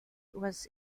was